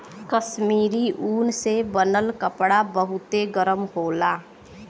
कश्मीरी ऊन से बनल कपड़ा बहुते गरम होला